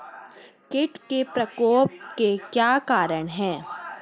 कीट के प्रकोप के क्या कारण हैं?